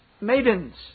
maidens